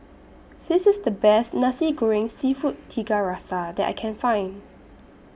This IS The Best Nasi Goreng Seafood Tiga Rasa that I Can Find